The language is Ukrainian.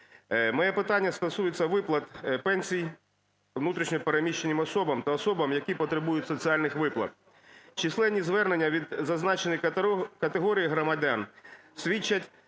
моє питання стосується виплат пенсій внутрішньо переміщеним особам та особам, які потребують соціальних виплат. Численні звернення від зазначених категорій громадян свідчать